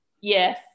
Yes